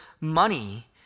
money